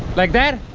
like that.